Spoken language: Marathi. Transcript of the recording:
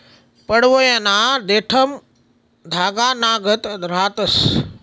पडवयना देठं धागानागत रहातंस